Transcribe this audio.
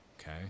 okay